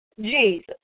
Jesus